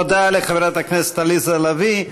תודה לחברת הכנסת עליזה לביא.